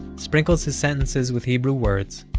sprinkles his sentences with hebrew words,